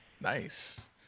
Nice